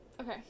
Okay